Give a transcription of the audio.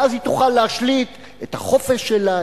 ואז היא תוכל להשליט את החופש שלה,